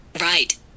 right